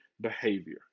behavior